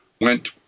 went